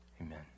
amen